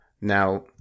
now